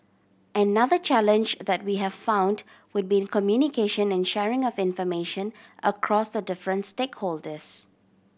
another challenge that we have found would be in communication and sharing of information across the different stakeholders